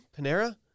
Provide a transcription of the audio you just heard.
Panera